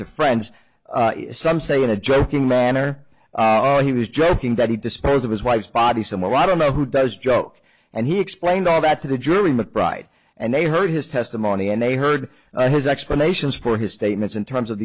to friends some say in a joking manner he was joking that he disposed of his wife's body some well i don't know who does joke and he explained all that to the jury mcbride and they heard his testimony and they heard his explanations for his statements in terms of